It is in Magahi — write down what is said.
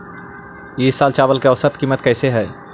ई साल चावल के औसतन कीमत कैसे हई?